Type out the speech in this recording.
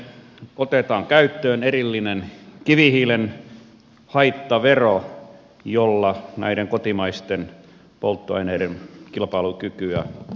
otetaan käyttöön erillinen kivihiilen haittavero jolla näiden kotimaisten polttoaineiden kilpailukykyä parannetaan